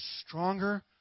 stronger